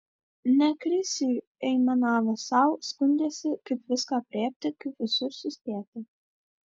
ne krisiui aimanavo sau skundėsi kaip viską aprėpti kaip visur suspėti